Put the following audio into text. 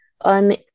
on